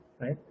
right